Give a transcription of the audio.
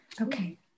Okay